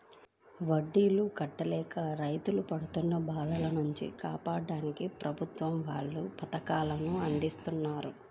వడ్డీ కట్టలేక రైతులు పడుతున్న బాధల నుంచి కాపాడ్డానికి ప్రభుత్వం వాళ్ళు పథకాలను అందిత్తన్నారు